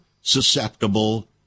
susceptible